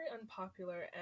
unpopular